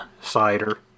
cider